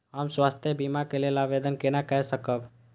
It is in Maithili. हम स्वास्थ्य बीमा के लेल आवेदन केना कै सकब?